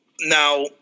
Now